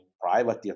private